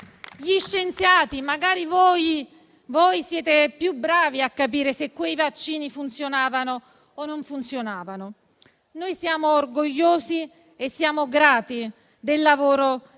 gli scienziati? Magari voi siete più bravi a capire se quei vaccini funzionavano o non funzionavano. Noi siamo orgogliosi e siamo grati del lavoro